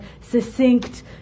succinct